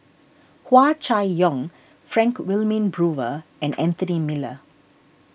Hua Chai Yong Frank Wilmin Brewer and Anthony Miller